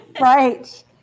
right